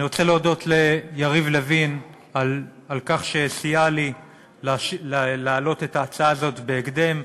אני רוצה להודות ליריב לוין על כך שסייע לי להעלות את ההצעה הזאת בהקדם,